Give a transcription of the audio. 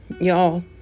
Y'all